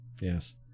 Yes